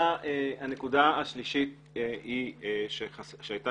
בסדר, הנקודה השלישית שהייתה